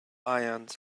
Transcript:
ions